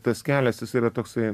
tas kelias jis yra toksai